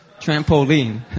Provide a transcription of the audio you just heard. Trampoline